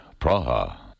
Praha